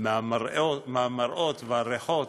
מהמראות והריחות